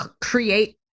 create